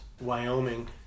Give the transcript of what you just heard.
Wyoming